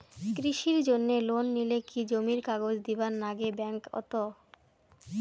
কৃষির জন্যে লোন নিলে কি জমির কাগজ দিবার নাগে ব্যাংক ওত?